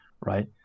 Right